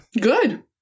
Good